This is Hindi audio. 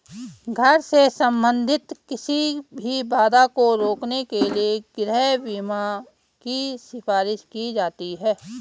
घर से संबंधित किसी भी बाधा को रोकने के लिए गृह बीमा की सिफारिश की जाती हैं